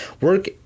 work